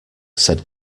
said